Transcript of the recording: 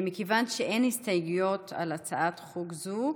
מכיוון שאין הסתייגויות על הצעת חוק זו,